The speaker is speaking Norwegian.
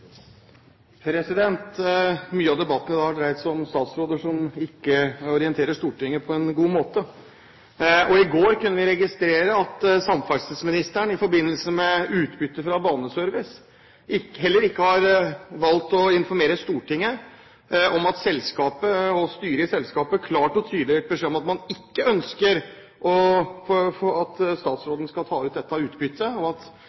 måte. I går kunne vi registrere at samferdselsministeren i forbindelse med utbytte fra Baneservice heller ikke har valgt å informere Stortinget om at styret i selskapet klart og tydelig har gitt beskjed om at de ikke ønsker at statsråden og regjeringen skal ta ut utbytte, for det vil kunne få store, dramatiske konsekvenser for selskapet, og